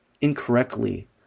incorrectly